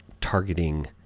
targeting